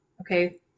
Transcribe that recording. Okay